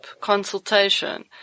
consultation